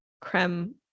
creme